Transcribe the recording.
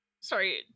Sorry